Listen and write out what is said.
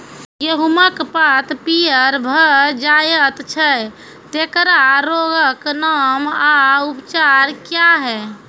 गेहूँमक पात पीअर भअ जायत छै, तेकरा रोगऽक नाम आ उपचार क्या है?